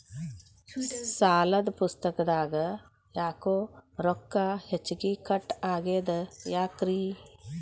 ಸಾಲದ ಪುಸ್ತಕದಾಗ ಯಾಕೊ ರೊಕ್ಕ ಹೆಚ್ಚಿಗಿ ಕಟ್ ಆಗೆದ ಯಾಕ್ರಿ?